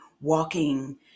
walking